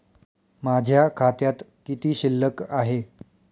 माझ्या खात्यात किती शिल्लक आहे?